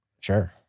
Sure